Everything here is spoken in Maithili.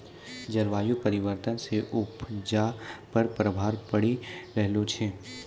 जलवायु परिवर्तन से उपजा पर प्रभाव पड़ी रहलो छै